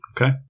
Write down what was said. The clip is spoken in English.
Okay